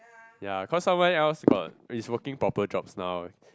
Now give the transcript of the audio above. ya cause somewhere else got is working proper jobs now